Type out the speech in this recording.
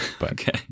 Okay